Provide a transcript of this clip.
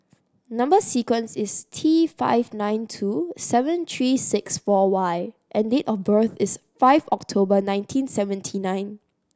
number sequence is T five nine two seven three six four Y and date of birth is five October nineteen seventy nine